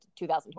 2020